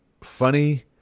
Funny